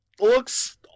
looks